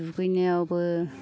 दुगैनायावबो